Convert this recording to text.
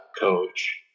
coach